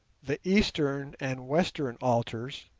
the eastern and western altars,